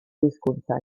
hizkuntzak